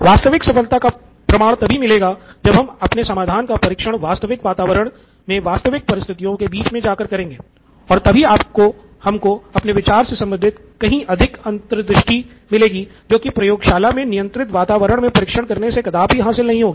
वास्तविक सफलता का प्रमाण तभी मिलेगा जब हम अपने समाधान का परीक्षण वास्तविक वातावरण में वास्तविक परिस्थितियाँ के बीच जा कर करेंगे और तभी हमको अपने विचार से संबंधित कहीं अधिक समृद्ध अंतर्दृष्टि मिलेगी जो कि प्रयोगशाला मे नियंत्रित वातावरण मे परीक्षण करने से कदापि हासिल नहीं होगी